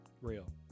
real